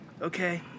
okay